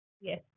Yes